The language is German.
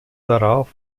darauf